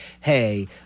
hey